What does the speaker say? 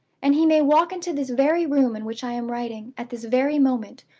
and he may walk into this very room in which i am writing, at this very moment,